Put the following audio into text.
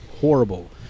horrible